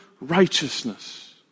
righteousness